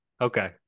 Okay